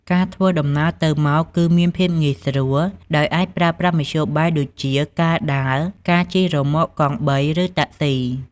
ការធ្វើដំណើរទៅមកគឺមានភាពងាយស្រួល ដោយអាចប្រើប្រាស់មធ្យោបាយដូចជា ការដើរ ការជិះរ៉ឺម៉កកង់បី ឬតាក់ស៊ី។